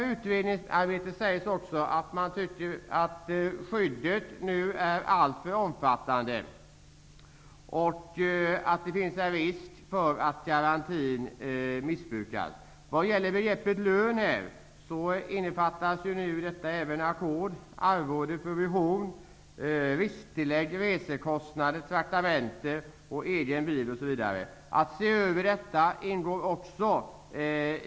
I utredningsdirektiven sägs också att skyddet är alltför omfattande och att det finns risk för att garantin missbrukas. I begreppet lön innefattas nu även ackord, arvode, provision, risktillägg, resekostnad, traktamente, egen bil, osv. Det ingår i utredningsuppdraget att se över även detta.